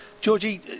georgie